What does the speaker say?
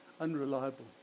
unreliable